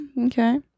okay